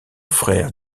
frère